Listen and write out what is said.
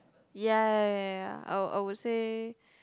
ya ya ya ya ya I I would say